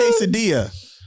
quesadilla